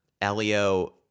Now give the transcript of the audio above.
Elio